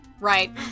Right